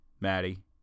Maddie